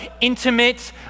intimate